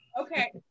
Okay